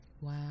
Wow